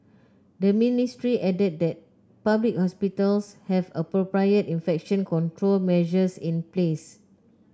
the ministry added that public hospitals have appropriate infection control measures in place